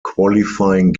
qualifying